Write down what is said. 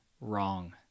wrong